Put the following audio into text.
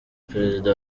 perezida